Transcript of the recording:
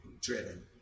driven